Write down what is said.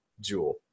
jewel